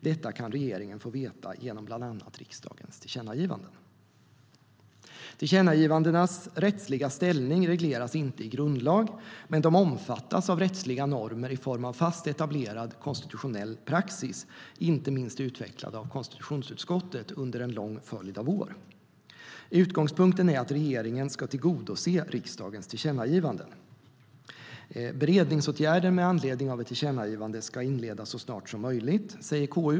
Detta kan regeringen få veta genom bland annat riksdagens tillkännagivanden. Tillkännagivandens rättsliga ställning regleras inte i grundlag, men de omfattas av rättsliga normer i form av fast etablerad konstitutionell praxis, inte minst utvecklad av konstitutionsutskottet under en lång följd av år. Utgångspunkten är att regeringen ska tillgodose riksdagens tillkännagivanden. Beredningsåtgärder med anledning av ett tillkännagivande ska inledas så snart som möjligt, säger KU.